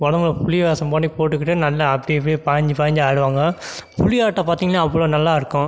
உடம்புல புலி வேஷம் மாரி போட்டுக்கிட்டு நல்லா அப்படி இப்படி பாய்ஞ்சு பாய்ஞ்சு ஆடுவாங்க புலியாட்டம் பார்த்தீங்கன்னா அவ்வளோ நல்லா இருக்கும்